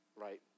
Right